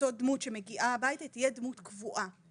אותה דמות שמגיעה הביתה תהיה דמות קבועה.